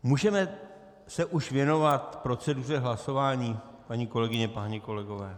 Můžeme se už věnovat proceduře hlasování, paní kolegyně, páni kolegové?